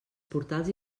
portals